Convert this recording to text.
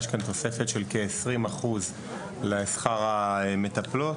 יש כאן תוספת של כעשרים אחוז לשכר המטפלות,